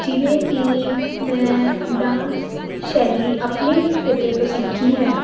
ਜਿਵੇਂ ਕਿ ਮੈਂ ਡਾਂਸ ਸ਼ੈਲੀ ਆਪਣੇ ਹੀ ਖੇਤਰ ਤੋਂ ਸਿੱਖੀ ਹੈ